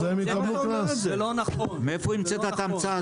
זה לא נכון, מאיפה המצאת את ההמצאה הזאת?